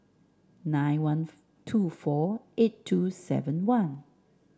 nine one two four eight two seven one